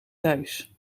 thuis